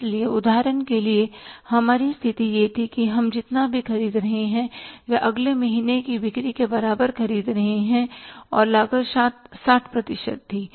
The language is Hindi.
इसलिए उदाहरण के लिए हमारी स्थिति यह थी कि हम जितना भी ख़रीद रहे हैं वह अगले महीने की बिक्री के बराबर ख़रीद रहे हैं और लागत 60 प्रतिशत थी